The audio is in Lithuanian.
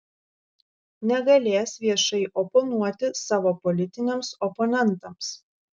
negalės viešai oponuoti savo politiniams oponentams